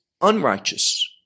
unrighteous